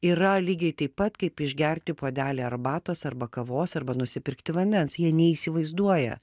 yra lygiai taip pat kaip išgerti puodelį arbatos arba kavos arba nusipirkti vandens jie neįsivaizduoja